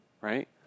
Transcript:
right